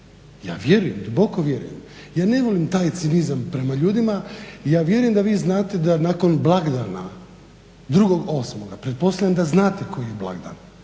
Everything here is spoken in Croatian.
Ja vjerujem, duboko vjerujem. Ja ne volim taj cinizam prema ljudima i ja vjerujem da vi znate da nakon blagdana 2.08. pretpostavljam da znate koji je blagdan,